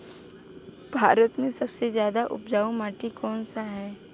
भारत मे सबसे ज्यादा उपजाऊ माटी कउन सा ह?